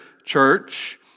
church